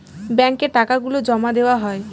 ব্যাঙ্কে টাকা গুলো জমা দেওয়া হয়